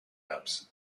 ups